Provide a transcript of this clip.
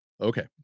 Okay